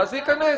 אז זה ייכנס.